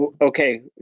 okay